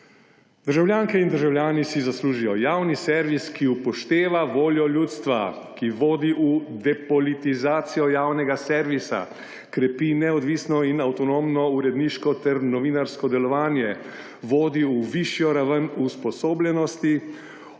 Državljanke in državljani si zaslužijo javni servis, ki upošteva voljo ljudstvo, ki vodi v depolitizacijo javnega servisa, krepi neodvisno in avtonomno uredniško ter novinarsko delovanje, vodi v višjo raven usposobljenosti,